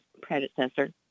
predecessor